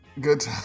good